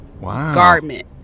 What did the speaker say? garment